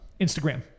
Instagram